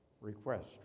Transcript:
request